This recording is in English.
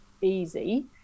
easy